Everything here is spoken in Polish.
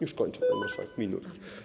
Już kończę, pani marszałek, minuta.